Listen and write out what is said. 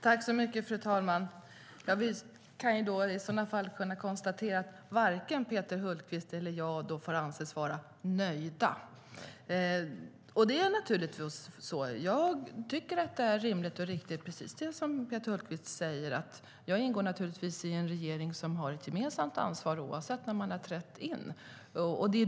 Fru talman! Vi kan konstatera att varken Peter Hultqvist eller jag får anses vara nöjda. Jag tycker naturligtvis - precis som Peter Hultqvist säger - att det är rimligt och riktigt att jag ingår i en regering som har ett gemensamt ansvar oavsett när man har trätt in.